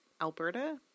Alberta